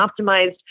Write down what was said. optimized